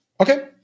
Okay